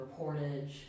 reportage